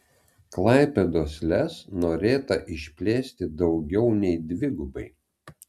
klaipėdos lez norėta išplėsti daugiau nei dvigubai